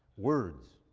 words.